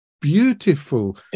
beautiful